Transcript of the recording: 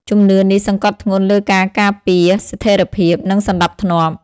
ជំនឿនេះសង្កត់ធ្ងន់លើការការពារ ស្ថិរភាព និងសណ្ដាប់ធ្នាប់។